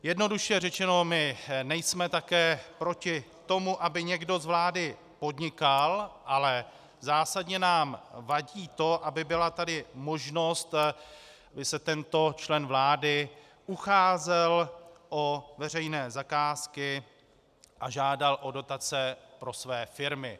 Jednoduše řečeno nejsme také proti tomu, aby někdo z vlády podnikal, ale zásadně nám vadí to, aby tady byla možnost, aby se tento člen vlády ucházel o veřejné zakázky a žádal o dotace pro své firmy.